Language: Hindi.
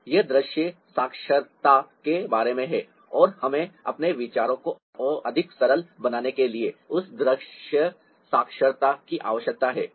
अब यह सब दृश्य साक्षरता के बारे में है और हमें अपने विचारों को अधिक सरल बनाने के लिए उस दृश्य साक्षरता की आवश्यकता है